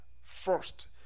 first